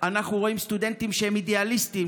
אנחנו רואים סטודנטים שהם אידיאליסטים,